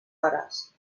hores